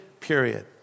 period